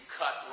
cut